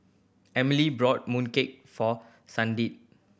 Emilee brought mooncake for Sandi